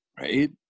right